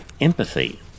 empathy